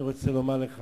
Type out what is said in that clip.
אני רוצה לומר לך